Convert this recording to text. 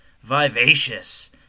vivacious